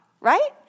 right